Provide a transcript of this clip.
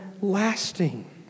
Lasting